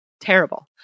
Terrible